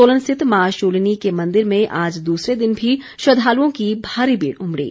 सोलन स्थित मां शूलिनी के मंदिर में आज दूसरे दिन भी श्रद्वालुओं की भारी भीड़ उमड़ी